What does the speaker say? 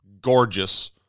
gorgeous